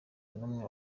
n’umwe